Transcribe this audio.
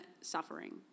suffering